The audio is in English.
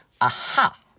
aha